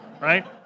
right